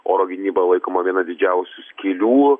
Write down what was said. oro gynyba laikoma viena didžiausių skylių